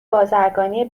بازرگانی